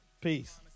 Peace